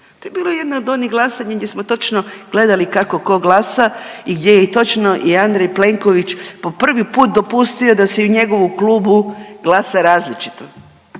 To je bilo jedno od onih glasanja gdje smo točno gledali kako tko glasa i gdje je i točno Andrej Plenković po prvi put dopustio da se i u njegovu klubu glasa različito,